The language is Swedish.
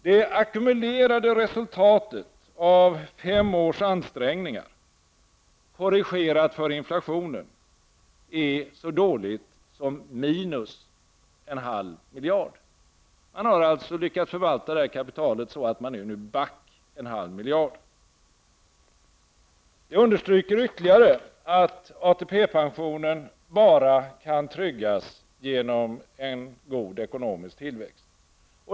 Det ackumulerade resultatet av fem års ansträngningar, korrigerat för inflationen, är så dåligt som minus en halv miljard. Man har alltså lyckats förvalta detta kapital så att man nu ligger back en halv miljard. Detta understryker ytterligare att ATP-pensionen bara kan tryggas genom en god ekonomisk tillväxt.